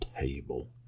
table